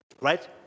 right